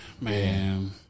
Man